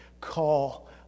call